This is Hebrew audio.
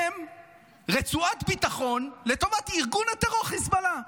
רצועת ביטחון לטובת ארגון הטרור חיזבאללה.